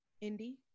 Indy